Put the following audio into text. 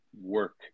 work